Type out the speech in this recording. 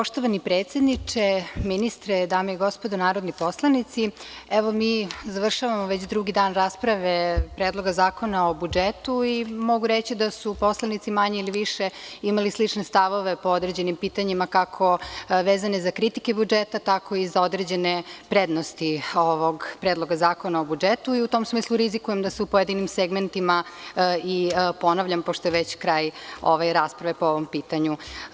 Poštovani predsedniče, ministre, dame i gospodo narodni poslanici, mi završavamo već drugi dan rasprave Predloga zakona o budžetu i mogu reći da su poslanici, manje ili više, imali slične stavove po određenim pitanjima kako vezane za kritike budžeta, tako i za određene prednosti ovog Predloga zakona o budžetu i u tom smislu rizikujem da se u pojedinim segmentima ponavljam, pošto je već kraj rasprave po ovom pitanju.